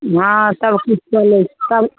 हँ सबकिछु चलै छै सब